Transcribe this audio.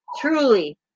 truly